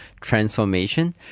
transformation